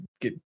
Get